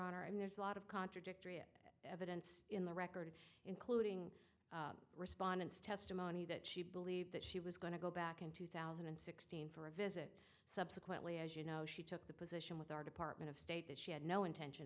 honor and there's a lot of contradictory evidence in the record including respondents testimony that she believed that she was going to go back in two thousand and sixteen for a visit subsequently as you know she took the position with our department of state that she had no intention